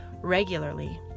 regularly